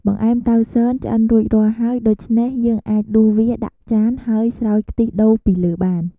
បង្អែមតៅស៊នឆ្អិនរួចរាល់ហើយ ដូច្នេះយើងអាចដួសវាដាក់ចានហើយស្រោចខ្ទិះដូងពីលើបាន។